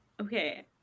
Okay